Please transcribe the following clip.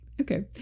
Okay